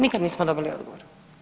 Nikad nismo dobili odgovor.